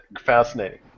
fascinating